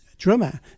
drummer